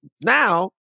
Now